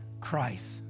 Christ